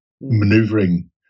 Maneuvering